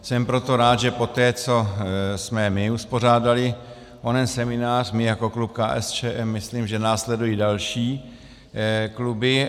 Jsem proto rád, že poté, co jsme my uspořádali onen seminář, my jako klub KSČM, myslím, že následují další kluby.